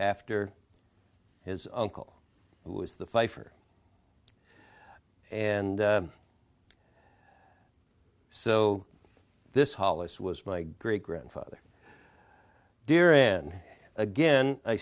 after his uncle who was the pfeiffer and so this hollis was my great grandfather dear in again i